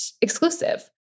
exclusive